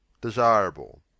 Desirable